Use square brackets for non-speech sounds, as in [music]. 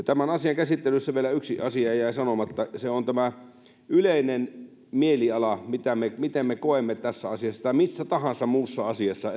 [unintelligible] tämän asian käsittelyssä vielä yksi asia jäi sanomatta ja se on tämä yleinen mieliala miten me koemme euroopan unionin tässä asiassa tai missä tahansa muussa asiassa [unintelligible]